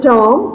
Tom